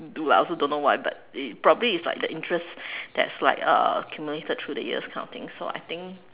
do lah I also don't know why but it probably it's like the interest that's like uh accumulated through the years kind of thing so I think